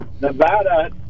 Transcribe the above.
Nevada